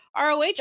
ROH